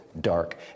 dark